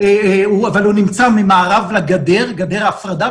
ממערב לגדר ההפרדה,